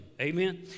Amen